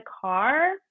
car